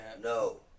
no